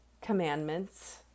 commandments